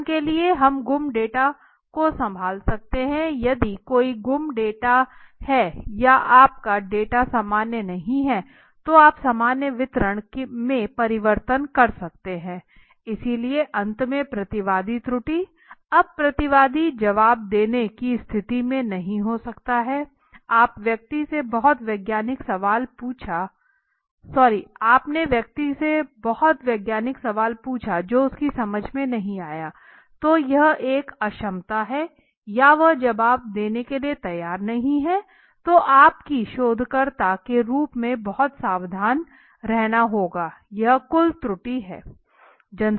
उदाहरण के लिए हम गुम डेटा को संभाल सकते हैं यदि कोई गुम डेटा है या आपका डेटा सामान्य नहीं है तो आप सामान्य वितरण में परिवर्तित कर सकते हैं इसलिए अंत में प्रतिवादी त्रुटि अब प्रतिवादी जवाब देने की स्थिति में नहीं हो सकता है आप व्यक्ति से बहुत वैज्ञानिक सवाल पूछा जो उसकी समझ में नहीं आया है तो यह एक अक्षमता है या वह जवाब देने के लिए तैयार नहीं है तो आप को शोधकर्ता के रूप में बहुत सावधान रहना होगा यह कुल त्रुटि है